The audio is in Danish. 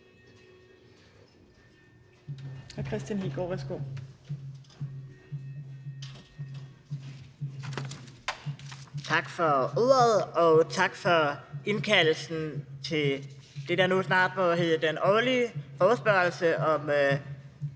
Tak for ordet, og tak for indkaldelsen til det, der nu snart må hedde den årlige forespørgsel om